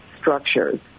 structures